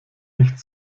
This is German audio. nicht